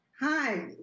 Hi